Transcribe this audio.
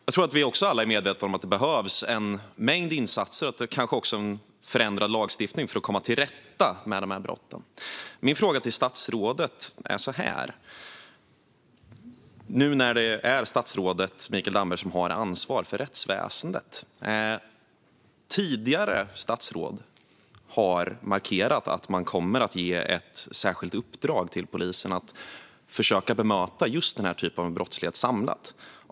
Jag tror att vi alla också är medvetna om att det behövs en mängd insatser och kanske också en förändrad lagstiftning för att komma till rätta med dessa brott. Nu är det statsrådet Mikael Damberg som har ansvaret för rättsväsendet. Tidigare statsråd har markerat att de kommer att ge ett särskilt uppdrag till polisen för att försöka bemöta denna typ av brottslighet samlat.